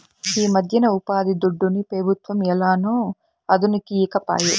ఈమధ్యన ఉపాధిదుడ్డుని పెబుత్వం ఏలనో అదనుకి ఈకపాయే